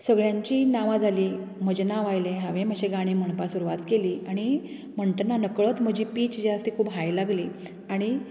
सगळ्यांचीं नांवां जालीं म्हजें नांव आयलें हांवे म्हजें गाणें म्हणपाक सुरवात केली आणी म्हणटना नकळत म्हजी पीच जी आसा ती खूब हाय लागली आनी